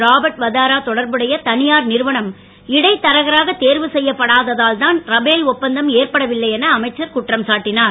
ராபர்ட்ட வத்ரா தொடர்புடைய தனியார் நிறுவனம் இடைத்தரகராக தேர்வு செய்யப்படாததால் தான் ரபேல் ஒப்பந்தம் ஏற்படவில்லை என அமைச்சர் குற்றம் சாட்டினார்